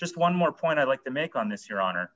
just one more point i'd like to make on this your honor